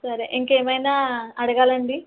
సరే ఇంకా ఏమైనా అడగాలా అండి